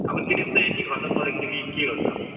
अब टेस्ट त यति खत्तम गरेको थियो कि के गर्नु अब